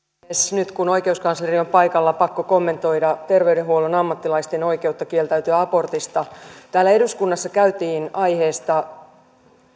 nyt kun oikeuskansleri on paikalla on pakko kommentoida terveydenhuollon ammattilaisten oikeutta kieltäytyä abortista täällä eduskunnassa käytiin aiheesta